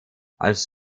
als